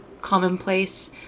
commonplace